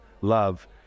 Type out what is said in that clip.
love